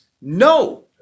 no